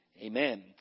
Amen